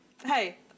Hey